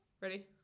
Ready